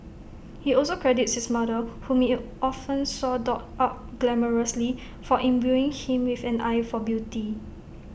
he also credits his mother whom often saw dolled up glamorously for imbuing him with an eye for beauty